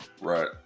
Right